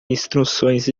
instruções